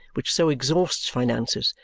which so exhausts finances,